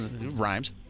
rhymes